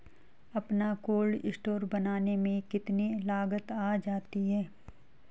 अपना cold store बनाने में कितनी लागत आ जाती है?